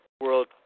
World